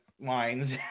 Minds